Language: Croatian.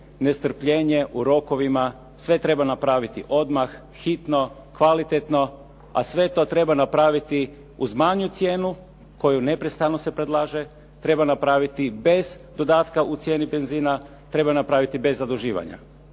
nestrpljenje u rokovima, sve treba napraviti odmah, hitno, kvalitetno, a sve to treba napraviti uz manju cijenu koju neprestano se predlaže. Treba napraviti bez dodatka u cijeni benzina, treba je napraviti bez zaduživanja.